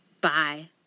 Bye